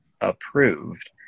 approved